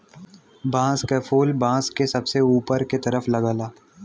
बांस क फुल बांस के सबसे ऊपर के तरफ लगला